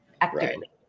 actively